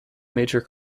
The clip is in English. major